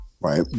Right